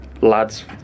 lads